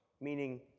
Meaning